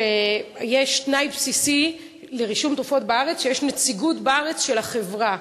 שיש תנאי בסיסי לרישום תרופות בארץ כשיש נציגות בארץ של החברה